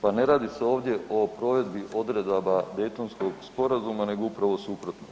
Pa ne radi se ovdje o provedbi odredaba Daytonskog sporazuma nego upravo suprotno.